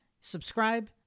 subscribe